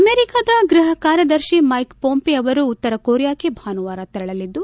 ಅಮೆರಿಕಾದ ಗೃಹ ಕಾರ್ಯದರ್ಶಿ ಮೈಕ್ ಪೊಂಪೆ ಅವರು ಉತ್ತರ ಕೊರಿಯಾಕ್ಕೆ ಭಾನುವಾರ ತೆರಳಲಿದ್ದು